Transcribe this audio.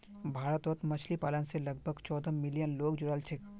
भारतत मछली पालन स लगभग चौदह मिलियन लोग जुड़ाल छेक